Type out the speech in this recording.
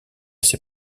ses